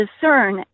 discern